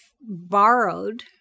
borrowed